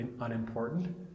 unimportant